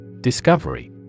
Discovery